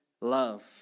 love